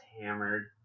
hammered